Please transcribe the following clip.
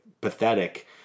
pathetic